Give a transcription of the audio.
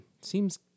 seems